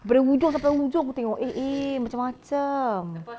daripada hujung sampai hujung aku tengok eh eh macam-macam